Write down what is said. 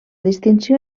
distinció